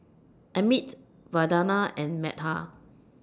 Amit Vandana and Medha